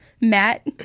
Matt